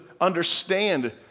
understand